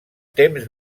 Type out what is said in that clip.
temps